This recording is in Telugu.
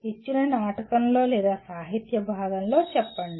ఇచ్చిన నాటకంలో లేదా సాహిత్య భాగంలో చెప్పండి